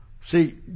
See